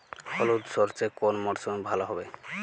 হলুদ সর্ষে কোন মরশুমে ভালো হবে?